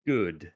Good